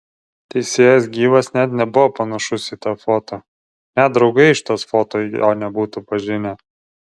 teisėjas gyvas net nebuvo panašus į tą foto net draugai iš tos foto jo nebūtų pažinę